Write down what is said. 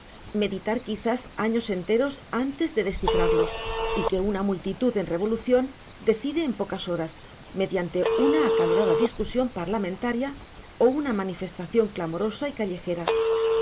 meditar quizás años enteros antes de descifrarlos y que una multitud en revolución decide en pocas horas mediante una acalorada discusión parlamentaria o una manifestación clamorosa y callejera